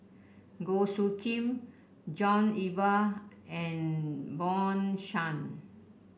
Goh Soo Khim John Eber and Bjorn Shen